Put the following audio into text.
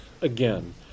again